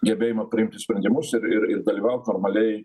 gebėjimą priimti sprendimus ir ir dalyvaut normaliai